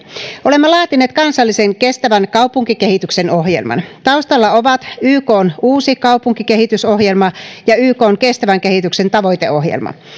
olemme laatineet kansallisen kestävän kaupunkikehityksen ohjelman taustalla ovat ykn uusi kaupunkikehitysohjelma ja ykn kestävän kehityksen tavoiteohjelma